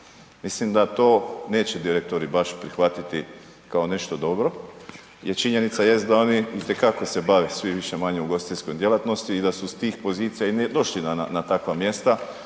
Mislim da to neće direktori baš prihvatiti kao nešto dobro jer činjenica jest da oni itekako se bave svi više-manje ugostiteljskom djelatnošću i da su s tih pozicija i došli na takva mjesta